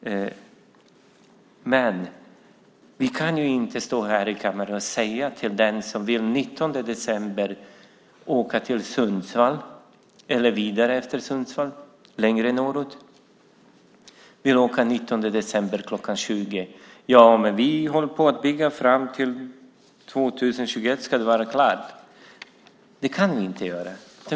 Men vi kan inte stå här i kammaren och säga till den som vill åka till Sundsvall eller längre norrut den 19 december kl. 20: Vi håller på att bygga. Till 2021 ska det vara klart. Det kan vi inte göra.